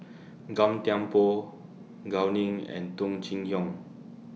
Gan Thiam Poh Gao Ning and Tung Chye Hong